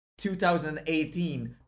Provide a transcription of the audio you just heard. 2018